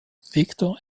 victor